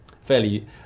fairly